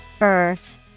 Earth